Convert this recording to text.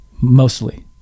mostly